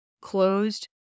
closed